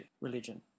religion